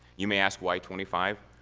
you may ask why twenty five?